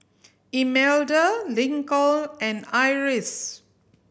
Imelda Lincoln and Iris